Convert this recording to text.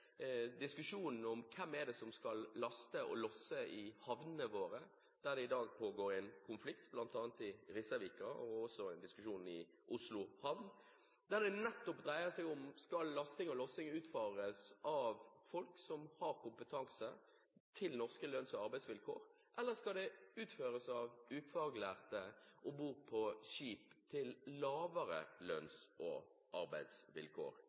diskusjonen om hvem som skal laste og losse i havnene våre, der det i dag pågår bl.a. en konflikt i Risavika og en diskusjon i Oslo havn. Det dreier seg nettopp om hvorvidt lasting og lossing skal utføres av folk som har kompetanse, og som har norske lønns- og arbeidsvilkår, eller om det skal utføres av ufaglærte om bord på skip som har dårligere lønns- og arbeidsvilkår.